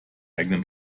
eigenen